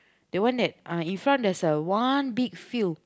that one that ah in front there's a one big field